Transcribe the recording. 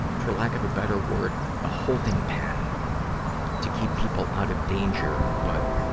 for lack of a better word, a holding pen to keep people out of danger. but,